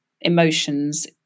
emotions